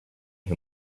who